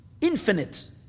Infinite